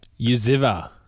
Yuziva